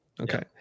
Okay